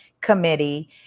committee